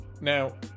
Now